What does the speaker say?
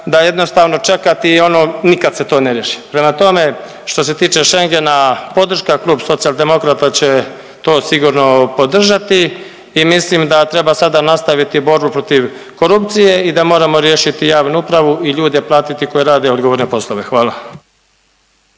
da jednostavno čekati i ono nikad se to ne riješi. Prema tome, što se tiče Schengena, podrška, Klub Socijaldemokrata će to sigurno podržati i mislim da treba sada nastaviti borbu protiv korupcije i da moramo riješiti javnu upravu i ljude platiti koji rade odgovorne poslove. Hvala.